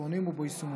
במסרונים או ביישומונים.